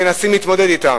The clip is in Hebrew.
מנסים להתמודד אתן.